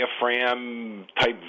diaphragm-type